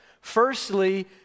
firstly